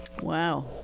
Wow